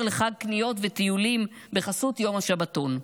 לחג קניות וטיולים בחסות יום השבתון.